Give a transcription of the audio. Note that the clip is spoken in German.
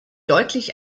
deutlich